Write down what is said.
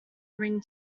ring